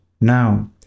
Now